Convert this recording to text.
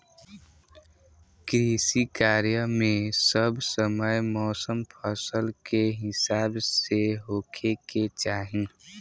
कृषि कार्य मे सब समय मौसम फसल के हिसाब से होखे के चाही